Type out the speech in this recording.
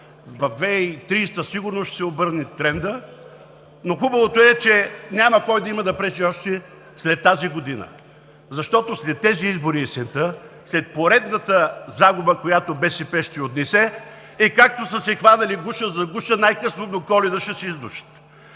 В 2030 г. сигурно ще се обърне трендът, но хубавото е, че няма да има кой да пречи още след тази година. Защото след тези избори есента, след поредната загуба, която БСП ще отнесе, и както са се хванали гуша за гуша, най-късно до Коледа ще се издушат.